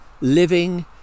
living